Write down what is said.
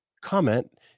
comment